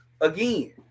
again